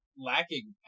Lacking